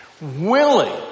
Willing